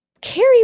Carrie